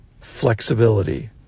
flexibility